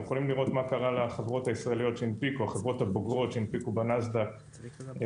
החברות הבוגרות שהנפיקו בנאסד"ק בשלהי 21'